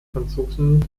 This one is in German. franzosen